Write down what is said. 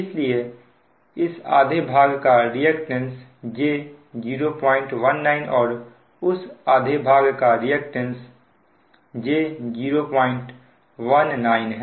इसलिए इस आधे भाग का रिएक्टेंस j019 और उस भाग का रिएक्टेंस j019 है